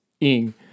ing